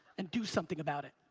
and do something about it.